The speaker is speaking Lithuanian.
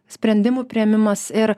sprendimų priėmimas ir